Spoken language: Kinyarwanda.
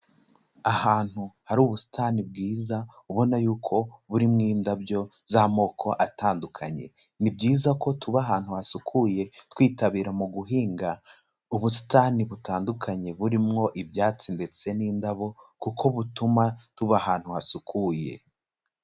Ahantu hari ubusitani bwiza ubona y'uko burimo indabyo z'amoko atandukanye, ni byiza ko tuba ahantu hasukuye twitabira mu guhinga ubusitani butandukanye burimwo ibyatsi ndetse n'indabo kuko butuma tuba ahantu hasukuye.